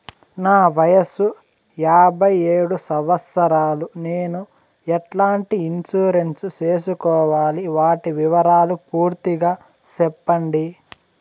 నా వయస్సు యాభై ఏడు సంవత్సరాలు నేను ఎట్లాంటి ఇన్సూరెన్సు సేసుకోవాలి? వాటి వివరాలు పూర్తి గా సెప్పండి?